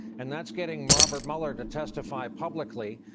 and that's getting robert mueller to testify publicly.